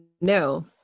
No